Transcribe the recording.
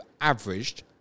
averaged